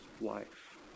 life